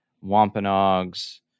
Wampanoags